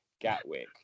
gatwick